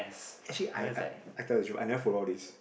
actually I I I tell you I never follow all these